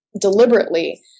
deliberately